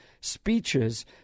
speeches